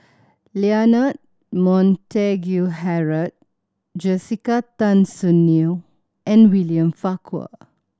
Leonard Montague Harrod Jessica Tan Soon Neo and William Farquhar